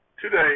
today